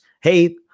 Hey